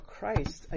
Christ